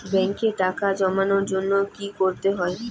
ব্যাংকে টাকা জমানোর জন্য কি কি করতে হয়?